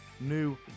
new